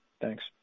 Thanks